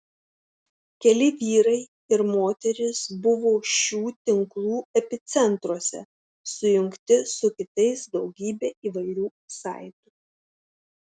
keli vyrai ir moterys buvo šių tinklų epicentruose sujungti su kitais daugybe įvairių saitų